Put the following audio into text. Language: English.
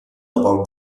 about